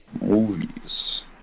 Movies